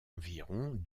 environ